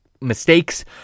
mistakes